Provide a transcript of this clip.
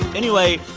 anyway,